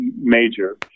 major